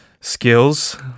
skills